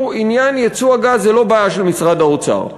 עניין ייצוא הגז הוא לא בעיה של משרד האוצר,